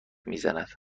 میزند